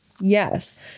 Yes